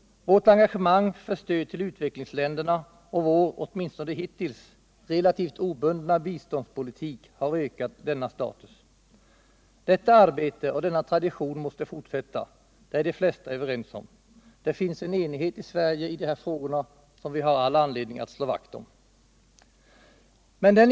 Vårt engagemang för stöd till utvecklingsländerna och vår, åtminstone hittills, relativt obundna biståndspolitik har ökat denna status. Detta arbete och denna tradition måste fortsätta, det är de flesta överens om. Det finns en enighet i Sverige i de här frågorna som vi har all anledning att slå vakt om.